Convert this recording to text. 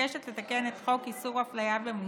מבקשת לתקן את חוק איסור אפליה במוצרים,